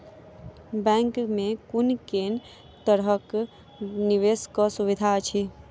Bank मे कुन केँ तरहक निवेश कऽ सुविधा अछि?